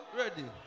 ready